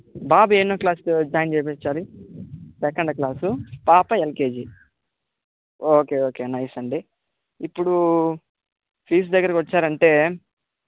బాబు ఎన్నో class join చేపించాలి second class పాప ఎల్కేజీ ఓకే ఓకే నైస్ అండి ఇప్పుడూ ఫీజ్ దగ్గరకి వచ్చారంటే